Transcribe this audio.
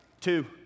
two